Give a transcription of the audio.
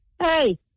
Hey